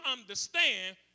understand